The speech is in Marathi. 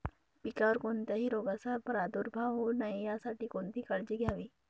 पिकावर कोणत्याही रोगाचा प्रादुर्भाव होऊ नये यासाठी कोणती काळजी घ्यावी?